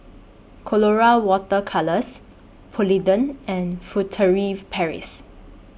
Colora Water Colours Polident and Furtere Paris